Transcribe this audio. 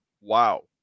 wow